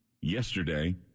yesterday